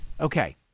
Okay